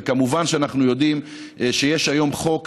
וכמובן שאנחנו יודעים שיש היום חוק,